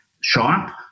sharp